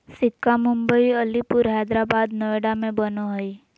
सिक्का मुम्बई, अलीपुर, हैदराबाद, नोएडा में बनो हइ